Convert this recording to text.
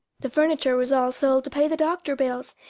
the furniture was all sold to pay the doctor bills,